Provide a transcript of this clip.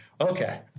okay